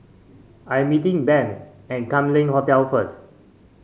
I'm meeting Ben at Kam Leng Hotel first